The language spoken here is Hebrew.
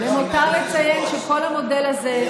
זה מה שביקשתי מהיושב-ראש.